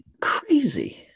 Crazy